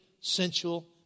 sensual